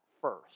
first